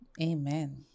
Amen